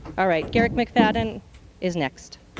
all right, garrick mcfadden is next.